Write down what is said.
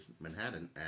Manhattan